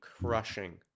crushing